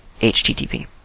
HTTP